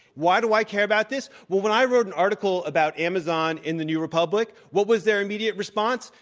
why do i care about this? well, when i wrote an article about amazon in the new republic, what was their immediate response?